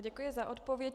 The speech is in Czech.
Děkuji za odpověď.